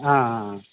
অঁ